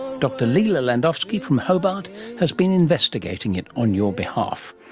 dr lila landowski from hobart has been investigating it on your behalf.